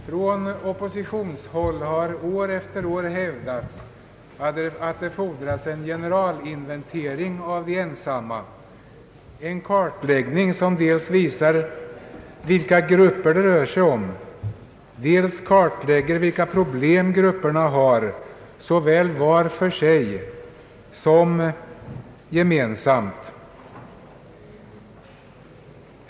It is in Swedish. Från oppositionshåll har år efter år hävdats att det fordras en generalinventering av de ensamma — en kariläggning som dels skulle visa vilka grupper det rör sig om, dels klarlägga vilka problem dessa grupper har såväl var för sig som gemensamt.